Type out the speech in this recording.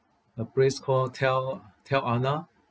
a place call te te anau